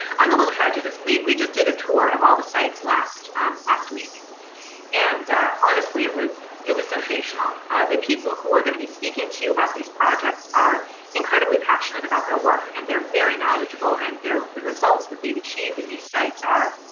i'm a little prejudiced we just did tour of all the sites last last week and honestly, it was it was sensational the people who are going to be speaking to you about these projects are incredibly passionate about their work and they're very knowledgeable and they're the results that they've achieved in these sites are